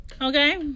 Okay